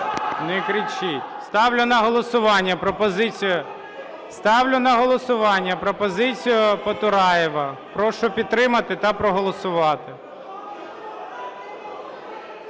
пропозицію… Ставлю на голосування пропозицію Потураєва. Прошу підтримати та проголосувати.